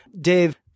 Dave